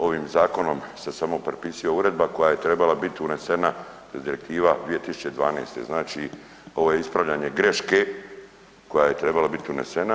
Ovim zakonom se samo prepisuje uredba koja je trebala biti unesena direktiva 2012., znači ovo je ispravljanje greške koja je trebala biti unesena.